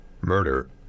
murder